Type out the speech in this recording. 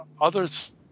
others